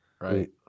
right